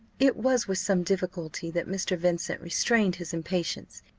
it was with some difficulty that mr. vincent restrained his impatience,